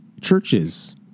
churches